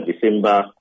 December